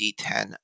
D10